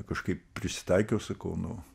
kažkaip prisitaikiau sakau nu